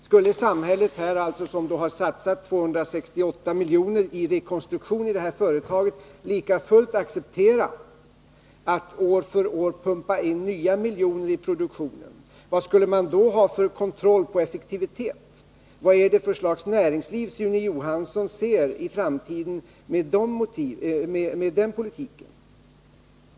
Skulle samhället, som alltså har satsat 268 miljoner till rekonstruktion av detta företag, lika fullt acceptera att år för år pumpa in nya miljoner i produktionen? Vilken kontroll på effektiviteten skulle man då ha? Vad är det för slags näringsliv som Sune Johansson ser i framtiden med den politiken?